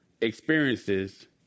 experiences